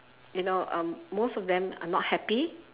you know um most of them are not happy